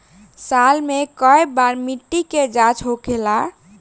साल मे केए बार मिट्टी के जाँच होखेला?